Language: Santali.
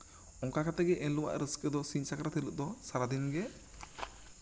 ᱚᱱᱠᱟ ᱠᱟᱛᱮᱜ ᱮᱱᱦᱤᱞᱳᱜ ᱟᱜ ᱨᱟᱹᱥᱠᱟᱹ ᱫᱚ ᱥᱤᱧ ᱥᱟᱠᱨᱟᱛ ᱦᱤᱞᱳᱜ ᱫᱚ ᱥᱟᱨᱟᱫᱤᱱᱜᱮ